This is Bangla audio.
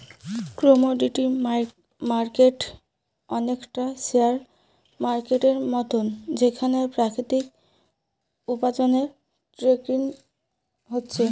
কমোডিটি মার্কেট অনেকটা শেয়ার মার্কেটের মতন যেখানে প্রাকৃতিক উপার্জনের ট্রেডিং হচ্ছে